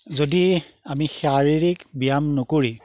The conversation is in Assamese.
যদি আমি শাৰীৰিক ব্যায়াম নকৰি